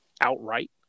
outright